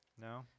No